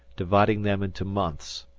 dividing them into months.